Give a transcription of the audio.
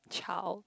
child